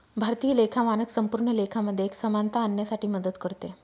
भारतीय लेखा मानक संपूर्ण लेखा मध्ये एक समानता आणण्यासाठी मदत करते